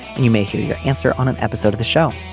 and you may hear your answer on an episode of the show.